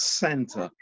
center